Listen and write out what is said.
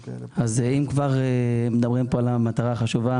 אם כבר מדברים על המטרה החשובה